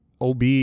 OB